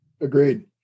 Agreed